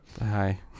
Hi